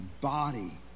body